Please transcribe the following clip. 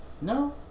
no